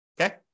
Okay